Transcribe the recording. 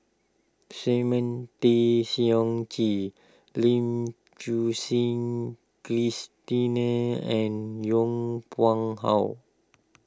Simon Tay Seong Chee Lim Suchen Christine and Yong Pung How